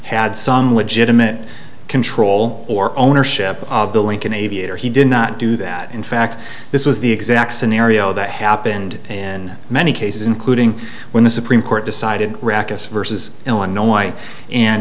had some legitimate control or ownership of the lincoln aviator he did not do that in fact this was the exact scenario that happened in many cases including when the supreme court decided rockets versus illinois and